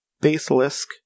basilisk